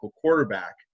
quarterback